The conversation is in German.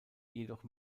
jedoch